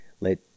let